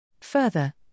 Further